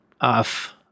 off